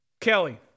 Kelly